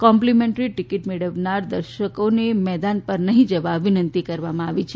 complimentary ticket મેળવનાર દર્શકોને મેદાન પર નહીં જવાની વિનંતી કરવામાં આવી છે